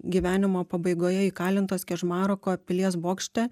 gyvenimo pabaigoje įkalintos kežmaroko pilies bokšte